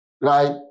Right